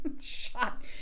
shot